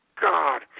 God